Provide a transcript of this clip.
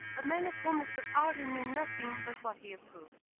a man of whom mr harding knew nothing but what he approved.